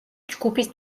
ჯგუფის